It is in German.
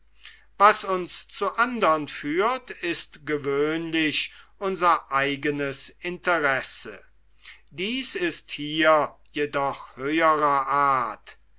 was uns zu andern führt ist gewöhnlich unser eigenes interesse dies ist hier jedoch höherer art